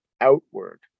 outward